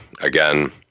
again